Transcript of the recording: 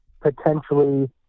potentially